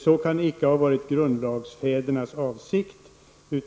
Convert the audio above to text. Det kan icke ha varit grundlagsfädernas avsikt.